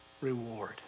reward